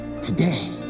today